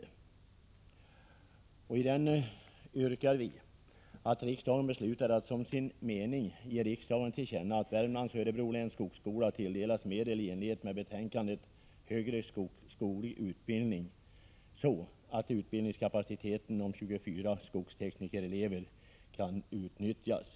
I flerpartimotionen yrkar vi att riksdagen beslutar att som sin mening ge regeringen till känna att Värmlands och Örebro läns skogsskola tilldelas medel i enlighet med betänkandet Högre skoglig utbildning så att utbildningskapaciteten om 24 skogsteknikerelever kan utnyttjas.